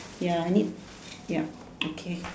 ya I need yup okay